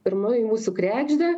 pirmoji mūsų kregždė